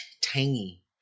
tangy